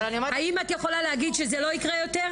האם את יכולה להגיד שזה לא יקרה יותר?